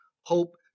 hope